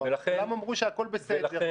כולם אמרו שהכול בסדר,